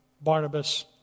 Barnabas